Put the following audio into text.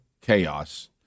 chaos